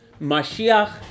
Mashiach